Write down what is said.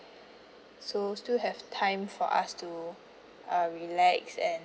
so still have time for us to uh relax and